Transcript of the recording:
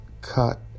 cut